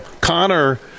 Connor